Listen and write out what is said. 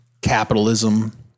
capitalism